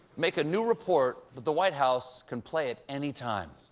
make a new report that the white house can play at any time.